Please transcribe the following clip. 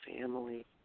family